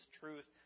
truth